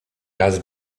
raz